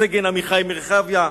וסגן עמיחי מרחביה,